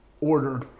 order